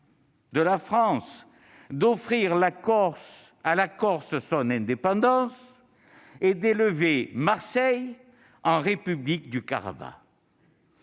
de la France d'offrir à la Corse son indépendance et d'élever Marseille en république du